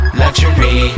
luxury